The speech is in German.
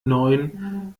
neun